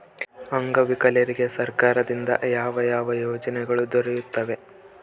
ಅಂಗವಿಕಲರಿಗೆ ಸರ್ಕಾರದಿಂದ ಯಾವ ಯಾವ ಯೋಜನೆಗಳು ದೊರೆಯುತ್ತವೆ?